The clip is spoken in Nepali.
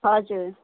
हजुर